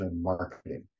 marketing